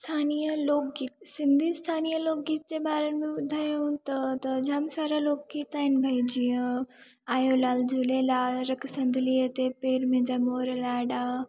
स्थानिय लोकगीत सिंधी स्थानिय लोकगीत जे बारे में ॿुधायूं त त जाम सारा लोकगीत आहिनि भाई जीअं आयोलाल झूलेलाल रखि संदुलीअ ते पेर मुंहिंजा मोर लाॾा